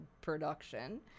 production